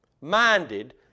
minded